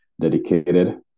dedicated